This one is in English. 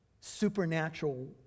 Supernatural